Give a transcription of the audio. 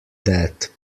that